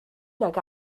nag